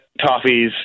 Toffees